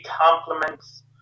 compliments